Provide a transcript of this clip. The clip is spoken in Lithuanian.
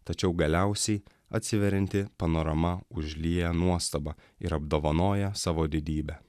tačiau galiausiai atsiverianti panorama užlieja nuostaba ir apdovanoja savo didybe